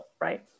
right